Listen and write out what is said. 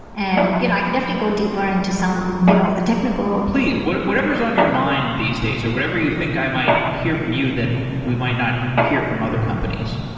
and you know i can definitely go deeper into some you know of the technical please. whatever is on your mind these days, or whatever you think i might hear from you that we might not hear from other companies,